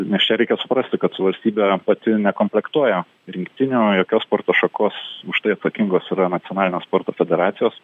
nes čia reikia suprasti kad valstybė pati nekomplektuoja rinktinių jokios sporto šakos už tai atsakingos yra nacionalinės sporto federacijos